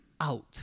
out